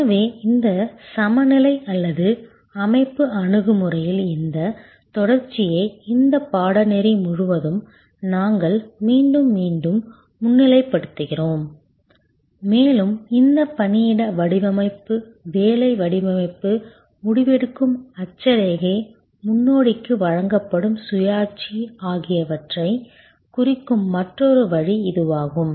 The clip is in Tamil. எனவே இந்த சமநிலை அல்லது அமைப்பு அணுகுமுறையில் இந்த தொடர்ச்சியை இந்த பாடநெறி முழுவதும் நாங்கள் மீண்டும் மீண்டும் முன்னிலைப்படுத்துகிறோம் மேலும் இந்த பணியிட வடிவமைப்பு வேலை வடிவமைப்பு முடிவெடுக்கும் அட்சரேகை முன்னோடிக்கு வழங்கப்படும் சுயாட்சி ஆகியவற்றைக் குறிக்கும் மற்றொரு வழி இதுவாகும்